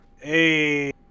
Hey